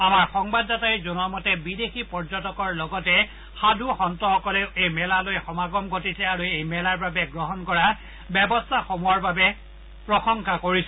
আমাৰ সংবাদদাতাই জনাইছে যে বিদেশী পৰ্যটকৰ লগতে সাধু সন্তও এই মেলালৈ সমাগম ঘটিছে আৰু এই মেলাৰ বাবে গ্ৰহণ কৰা ব্যৱস্থাসমূহৰ বাবে প্ৰসংশা কৰিছে